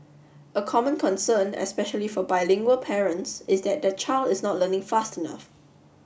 a common concern especially for bilingual parents is that their child is not learning fast enough